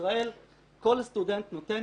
בישראל כל סטודנט נותן